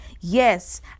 Yes